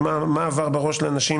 ב-2013 היו כ-1,201 תיקים